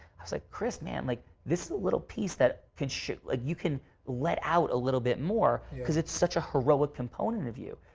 i was like, kris, man. like this is a little piece that could shoot. like you can let out a little bit more because it's such a heroic component of you.